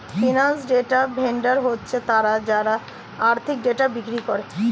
financial data vendor হচ্ছে তারা যারা আর্থিক ডেটা বিক্রি করে